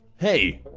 hey,